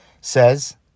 says